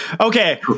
Okay